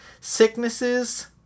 sicknesses